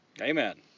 Amen